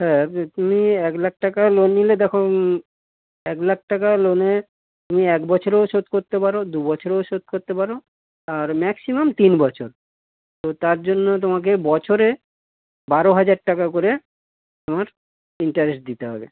হ্যাঁ তুমি এক লাখ টাকা লোন নিলে দেখো এক লাখ টাকা লোনের তুমি এক বছরেও শোদ করতে পারো দু বছরেও শোধ করতে পারো আর ম্যাক্সিমাম তিন বছর ও তার জন্য তোমাকে বছরে বারো হাজার টাকা করে তোমার ইন্টারেস্ট দিতে হবে